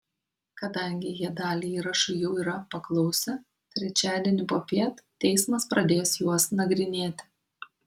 kadangi jie dalį įrašų jau yra paklausę trečiadienį popiet teismas pradės juos nagrinėti